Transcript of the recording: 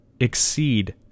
exceed